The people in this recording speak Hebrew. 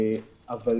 אבל